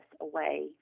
away